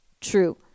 true